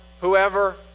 whoever